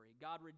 God